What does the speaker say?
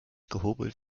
gehobelt